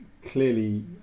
clearly